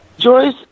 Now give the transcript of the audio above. Joyce